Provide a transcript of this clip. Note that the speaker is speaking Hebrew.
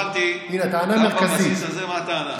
לא הבנתי גם בבסיס הזה מה הטענה.